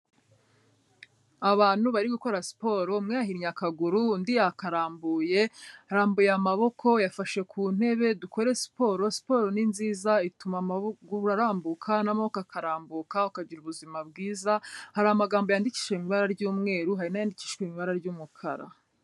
Abantu bari gukora siporo umwe yahinnye akaguru undi yakarambuye, arambuye amaboko yafashe ku ntebe dukore siporo, siporo ni nziza ituma amaguru arambuka n'amaboko akambuka ukagira ubuzima bwiza, hari amagambo yandikishije ibara ry'umweru hari n'ayandikishijwe ibara ry'umukara.